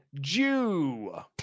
Jew